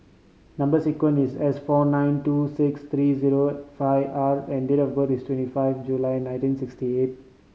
number sequence is S four nine two six three zero five R and date of birth is twenty five July nineteen sixty eight